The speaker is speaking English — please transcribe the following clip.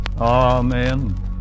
Amen